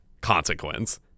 consequence